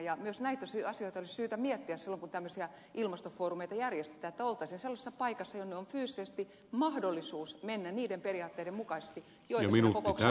ja myös näitä asioita olisi syytä miettiä silloin kun tämmöisiä ilmastofoorumeita järjestetään että oltaisiin sellaisessa paikassa jonne on fyysisesti mahdollisuus mennä niiden periaatteiden mukaisesti joita siinä kokouksessa yritetään edistää